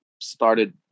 started